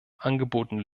angebotene